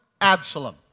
Absalom